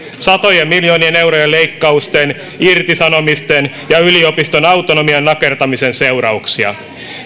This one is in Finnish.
satojen miljoonien eurojen leikkausten irtisanomisten ja yliopistojen autonomian nakertamisen seurauksia